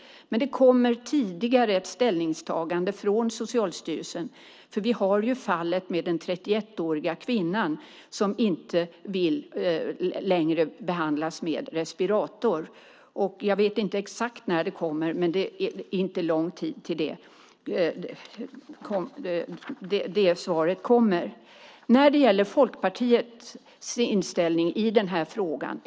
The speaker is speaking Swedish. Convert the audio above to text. Men det kommer dessförinnan ett ställningstagande från Socialstyrelsen, för vi har fallet med den 31-åriga kvinnan som inte längre vill behandlas med respirator. Jag vet inte exakt när det kommer, men det är inte lång tid till dess.